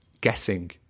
guessing